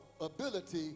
ability